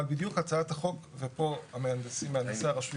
אבל בדיוק הצעת החוק, ופה מהנדסי הרשויות